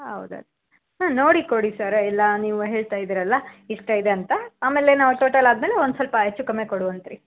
ಹೌದಾ ಹಾಂ ನೋಡಿ ಕೊಡಿ ಸರ್ ಎಲ್ಲ ನೀವು ಹೇಳ್ತಾಯಿದ್ದೀರಲ್ಲ ಇಷ್ಟ ಇದೆಯಂತ ಆಮೇಲೆ ನಾವು ಟೋಟಲ್ ಅದ್ಮೇಲೆ ಒಂದ್ಸಲ್ಪ ಹೆಚ್ಚುಕಮ್ಮಿ ಕೊಡುವಂತ್ರಿ